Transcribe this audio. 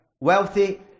wealthy